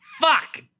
Fuck